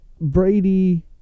Brady